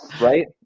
right